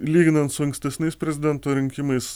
lyginant su ankstesniais prezidento rinkimais